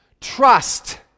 trust